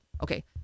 Okay